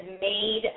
made